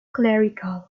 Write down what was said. clerical